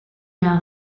now